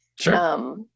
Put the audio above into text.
Sure